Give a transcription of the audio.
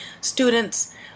students